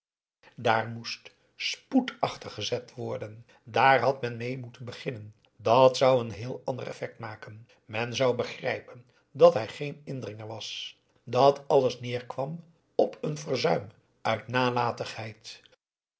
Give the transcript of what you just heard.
daar moest spoed achter gezet worden daar had men mee moeten beginnen dat zou n heel ander effect maken men zou begrijpen dat hij geen indringer was dat alles neerkwam op een verzuim uit nalatigheid